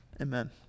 Amen